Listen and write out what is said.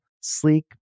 sleek